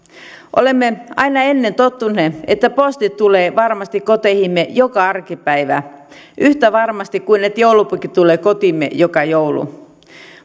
olemme aina ennen tottuneet siihen että posti tulee varmasti koteihimme joka arkipäivä yhtä varmasti kuin joulupukki tulee kotiimme joka joulu